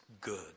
good